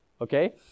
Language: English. okay